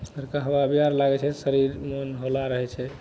भोरका हवा उबियायल लागय छै शरीर मन हौला रहय छै